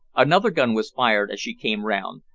another gun was fired as she came round,